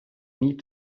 need